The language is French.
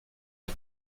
des